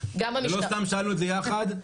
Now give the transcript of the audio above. לא סתם שאלנו את זה יחד,